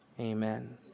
Amen